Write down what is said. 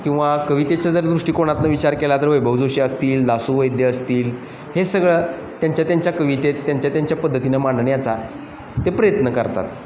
किंवा कवितेचं जर दृष्टीकोनातून विचार केला तर वैभव जोशी असतील दासू वैद्य असतील हे सगळं त्यांच्या त्यांच्या कवितेत त्यांच्या त्यांच्या पद्धतीनं मांडण्याचा ते प्रयत्न करतात